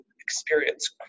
experience